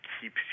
keeps